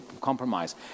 compromise